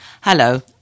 Hello